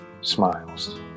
smiles